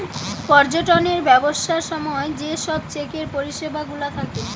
পর্যটনের ব্যবসার সময় যে সব চেকের পরিষেবা গুলা থাকে